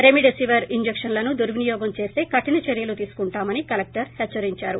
remdesivir టీకాలు దుర్వినియోగం చేస్తే కఠిన చర్యలు తీసుకుంటామని కలెక్లర్ హెచ్సరించారు